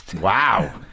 Wow